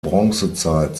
bronzezeit